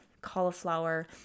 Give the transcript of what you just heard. cauliflower